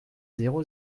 zéro